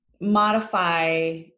modify